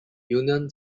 union